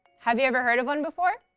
have you ever heard of one before?